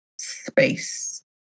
space